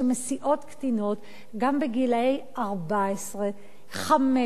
שמשיאות קטינות גם בנות 15-14,